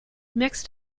next